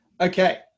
Okay